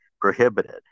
prohibited